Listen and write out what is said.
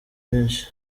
benshi